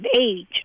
age